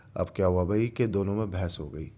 اب کیا ہوا بھائی کہ دونوں میں بحث ہو گئی